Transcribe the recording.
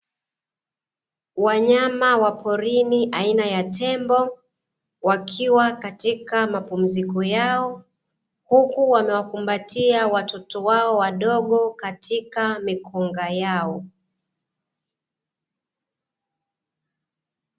Wanyama wa porini aina ya tembo wakiwa katika mapunziko yao huku wamewakumbatia watoto wao wadogo katika mikonga yao.